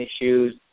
issues